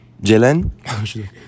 Jalen